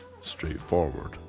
straightforward